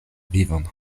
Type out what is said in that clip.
vivon